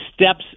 steps